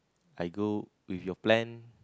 I go with your plan